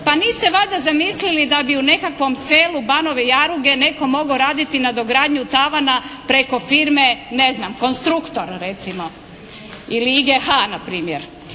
Pa niste valjda zamislili da bi u nekakvom selu Banove Jaruge netko mogao raditi nadogradnju tavana preko firme ne znam, "Konstruktor" recimo ili "IGH" npr.